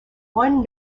one